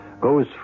goes